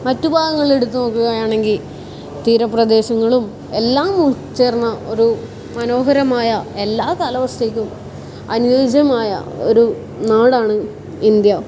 മറ്റ് ഭാഗങ്ങളെടുത്ത് നോക്കുകയാണെങ്കിൽ തീരപ്രദേശങ്ങളും എല്ലാം ഉൾച്ചേർന്ന ഒരു മനോഹരമായ എല്ലാ കാലാവസ്ഥക്കും അനുയോജ്യമായ ഒരു നാടാണ് ഇന്ത്യ